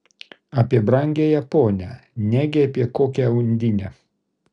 apie brangiąją ponią negi apie kokią undinę